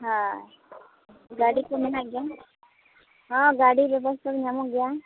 ᱦᱮᱸ ᱜᱟᱹᱰᱤᱠᱚ ᱢᱮᱱᱟᱜ ᱜᱮᱭᱟ ᱦᱮᱸ ᱜᱟᱹᱰᱤ ᱵᱮᱵᱚᱥᱛᱷᱟ ᱫᱚ ᱧᱟᱢᱚᱜ ᱜᱮᱭᱟ